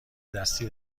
دستی